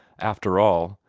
after all,